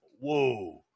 whoa